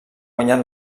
guanyat